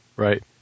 Right